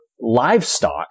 livestock